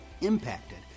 impacted